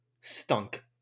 stunk